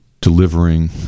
delivering